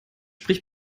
spricht